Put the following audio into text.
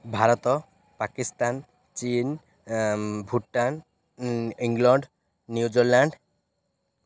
Bharat Pakistan Cheen Bhutan England New Zealand